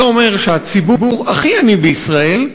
זה אומר שהציבור הכי עני בישראל,